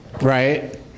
Right